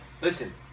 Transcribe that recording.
Listen